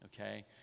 Okay